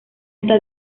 está